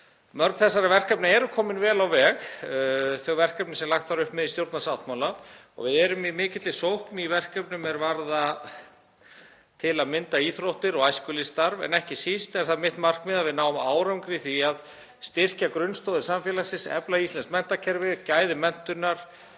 Mörg þessara verkefna eru komin vel á veg, þau verkefni sem lagt var upp með í stjórnarsáttmála, og við erum í mikilli sókn í verkefnum er varða til að mynda íþróttir og æskulýðsstarf, en ekki síst er það mitt markmið að við náum árangri í því að styrkja grunnstoðir samfélagsins, efla íslenskt menntakerfi, gæði menntunar